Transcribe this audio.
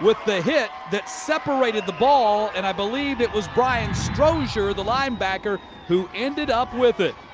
with the hit that separated the ball. and i believe it was brian strozer, the linebacker, who ended up with it.